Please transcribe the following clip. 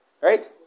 right